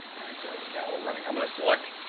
all right, so now we're running. i'm going select